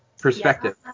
perspective